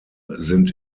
sind